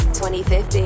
2015